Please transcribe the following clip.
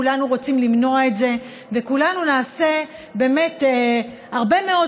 כולנו רוצים למנוע את זה וכולנו נעשה באמת הרבה מאוד